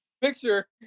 picture